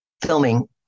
filming